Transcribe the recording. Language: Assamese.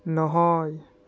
নহয়